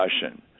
discussion